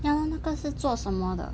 then 那个是做什么的